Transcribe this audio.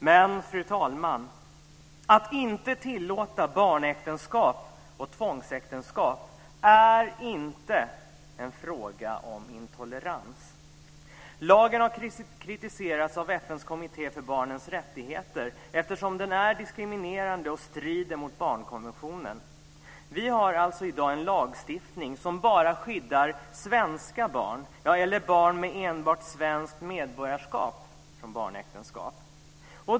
Men, fru talman, att inte tillåta barnäktenskap och tvångsäktenskap är inte en fråga om intolerans. Lagen har kritiserats av FN:s kommitté för barnens rättigheter eftersom den är diskriminerande och strider mot barnkonventionen. Vi har alltså i dag en lagstiftning som bara skyddar svenska barn, eller barn med enbart svenskt medborgarskap, från barnäktenskap.